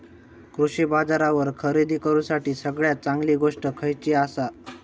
कृषी बाजारावर खरेदी करूसाठी सगळ्यात चांगली गोष्ट खैयली आसा?